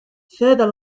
further